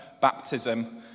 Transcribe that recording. baptism